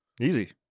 Easy